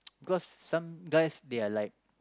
because some guys they are like